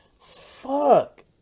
fuck